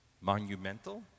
monumental